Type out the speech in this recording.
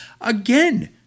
Again